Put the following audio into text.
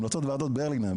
המלצות ועדות ברלינר.